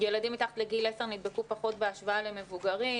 ילדים מתחת לגיל עשר נדבקו פחות בהשוואה למבוגרים.